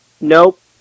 Nope